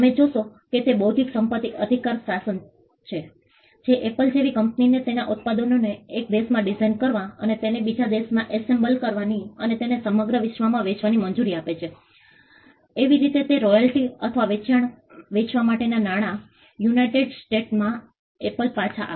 તમે જોશો કે તે બૌદ્ધિક સંપત્તિ અધિકાર શાસન છે જે એપલ જેવી કંપનીને તેના ઉત્પાદનોને એક દેશમાં ડિઝાઇન કરવા અને તેને બીજા દેશમાં એસેમ્બલ કરવાની અને તેને સમગ્ર વિશ્વમાં વેચવાની મંજૂરી આપે છે એવી રીતે કે રોયલ્ટી અથવા વેચવા માટેના નાણાં યુનાઇટેડ સ્ટેટ્સમાં એપલ પર પાછા આવે